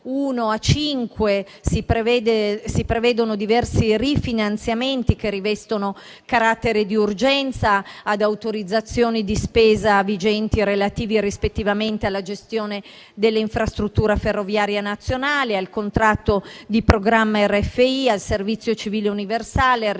1 a 5 si prevedono diversi rifinanziamenti che rivestono carattere di urgenza ad autorizzazioni di spesa vigenti, relative rispettivamente alla gestione dell'infrastruttura ferroviaria nazionale, al contratto di programma RFI, al servizio civile universale, al